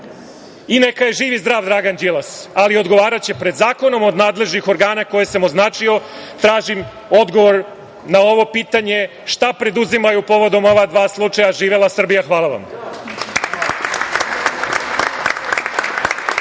i neka je živ i zdrav Dragan Đilas. Odgovaraće pred zakonom. Od nadležnih organe koje sam označio tražim odgovor na ovo pitanje – šta preduzimaju povodom ova dva slučaja? Živela Srbija. Hvala vam.